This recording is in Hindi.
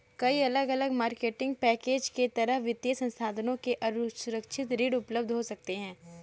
कई अलग अलग मार्केटिंग पैकेज के तहत वित्तीय संस्थानों से असुरक्षित ऋण उपलब्ध हो सकते हैं